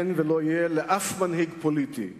אין ולא יהיה לאף מנהיג פוליטי אחד,